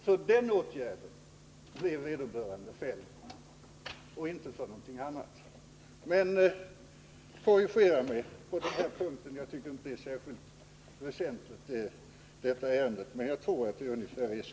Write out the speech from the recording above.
För den åtgärden blev vederbörande fälld och inte för någonting annat. Jag tycker inte att detta ärende är särskilt väsentligt, men jag tror att det var ungefär så. Men korrigera mig om jag har fel på den punkten.